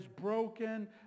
broken